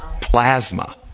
Plasma